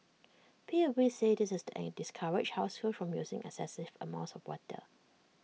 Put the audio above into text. P U B said this is and discourage households from using excessive amounts of water